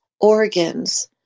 organs